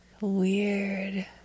Weird